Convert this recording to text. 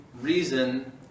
reason